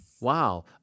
Wow